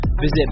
Visit